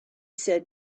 said